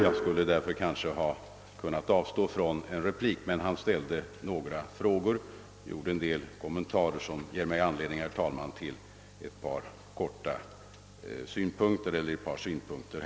Jag skulle därför kanske ha kunnat avstå från en replik, men herr Eriksson ställde några frågor och gjorde en del kommentarer som ger mig anledning att i största korthet framföra ett par synpunkter.